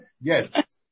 Yes